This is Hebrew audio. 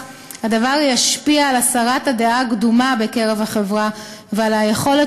הדבר ישפיע על הסרת הדעה הקדומה בקרב החברה ועל היכולת